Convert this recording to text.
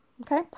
Okay